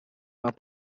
our